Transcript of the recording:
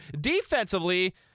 Defensively